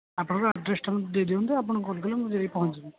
ଆପଣଙ୍କ ଆଡ୍ରେସଟା ମୋତେ ଦେଇ ଦିଅନ୍ତୁ ଆପଣ କଲ୍ କଲେ ମୁଁ ଯାଇକି ପହଞ୍ଚିବି